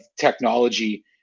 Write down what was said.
technology